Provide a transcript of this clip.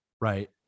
Right